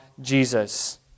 Jesus